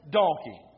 donkey